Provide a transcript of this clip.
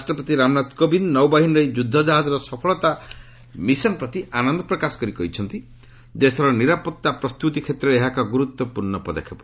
ରାଷ୍ଟ୍ରପତି ରାମନାଥ କୋବିନ୍ଦ୍ ନୌବାହିନୀର ଏହି ଯୁଦ୍ଧଜାହାଜର ସଫଳତା ମିଶନ ପ୍ରତି ଆନନ୍ଦ ପ୍ରକାଶ କରି କହିଛନ୍ତି ଦେଶର ନିରାପତ୍ତା ପ୍ରସ୍ତୁତି କ୍ଷେତ୍ରରେ ଏହା ଏକ ଗୁରୁତ୍ୱପୂର୍ଣ୍ଣ ପଦକ୍ଷେପ